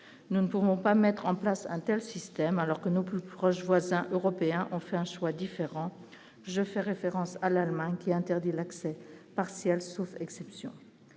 nous ne pourrons pas mettre en place un système alors que nos plus proches voisins européens ont fait un choix différent, je fais référence à l'Allemagne, qui interdit l'accès partiel souffre exception